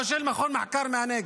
לא של מכון מחקר מהנגב.